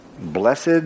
Blessed